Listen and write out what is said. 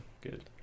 good